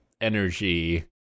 energy